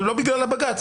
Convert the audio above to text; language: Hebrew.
אבל לא בגלל הבג"ץ.